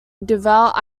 devout